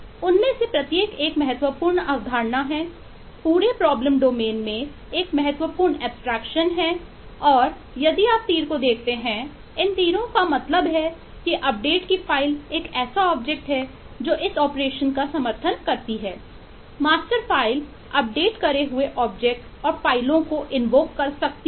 उनमें से प्रत्येक एक महत्वपूर्ण अवधारणा है पूरे प्रॉब्लम डोमेन कर सकती है